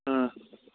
ꯎꯝ